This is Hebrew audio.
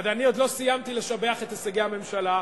אני עוד לא סיימתי לשבח את הישגי הממשלה,